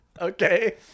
Okay